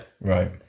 Right